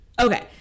Okay